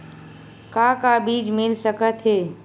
का का बीज मिल सकत हे?